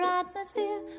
atmosphere